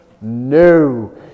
no